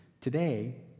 today